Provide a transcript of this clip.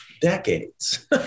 decades